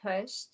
pushed